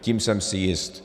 Tím jsem si jist.